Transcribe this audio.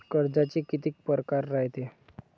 कर्जाचे कितीक परकार रायते?